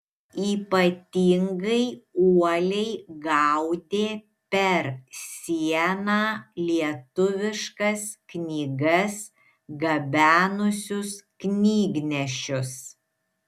ypatingai uoliai gaudė per sieną lietuviškas knygas gabenusius knygnešius